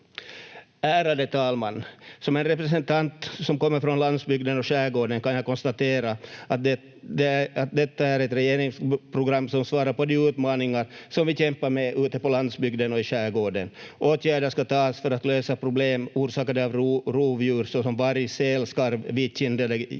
Ärade talman! Som en representant som kommer från landsbygden och skärgården kan jag konstatera att detta är ett regeringsprogram som svarar på de utmaningar som vi kämpar med ute på landsbygden och i skärgården. Åtgärder ska tas för att lösa problem orsakade av rovdjur såsom varg, säl, skarv, vitkindade